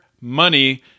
money